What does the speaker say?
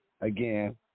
again